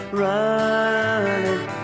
running